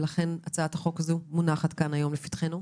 לכן הצעת החוק הזאת מונחת כאן היום לפתחנו.